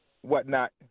whatnot